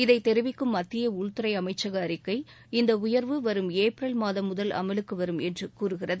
இதை தெரிவிக்கும் மத்திய உள்துறை அமைச்சக அறிக்கை இந்த உயர்வு வரும் ஏப்ரல் மாதம் முதல் அமலுக்கு வரும் என்று கூறுகிறது